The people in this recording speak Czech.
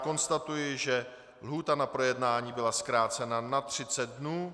Konstatuji, že lhůta na projednání byla zkrácena na 30 dnů.